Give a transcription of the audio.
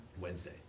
Wednesday